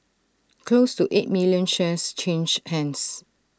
close to eight million shares changed hands